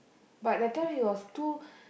but that time he was too